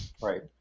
right